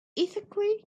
ethically